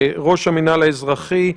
לרמ"א, לראש המנהל האזרחי,